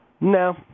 No